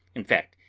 in fact,